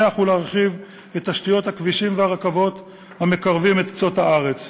ולהרחיב את תשתיות הכבישים והרכבות המקרבים את קצות הארץ.